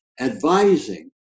advising